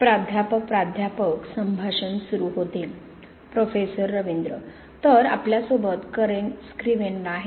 प्राध्यापक प्राध्यापक संभाषण सुरू होते प्रोफेसर रवींद्र तर आपल्यासोबत करेन स्क्रीव्हेनर आहेत